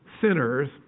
sinners